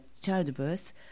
childbirth